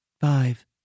Five